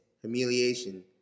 humiliation